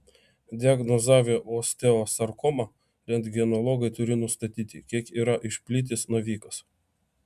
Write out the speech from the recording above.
diagnozavę osteosarkomą rentgenologai turi nustatyti kiek yra išplitęs navikas